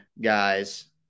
guys